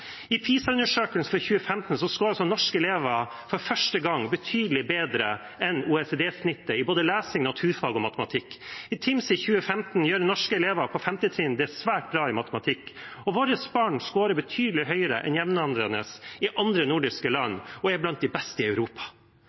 I PISA-undersøkelsen for 2015 skåret altså norske elever for første gang betydelig bedre enn OECD-snittet i både lesing, naturfag og matematikk. I TIMSS i 2015 gjorde norske elever på 5. trinn det svært bra i matematikk. Våre barn skårer betydelig høyere enn jevnaldrende i andre nordiske land og er blant de beste i Europa.